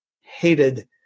hated